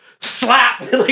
slap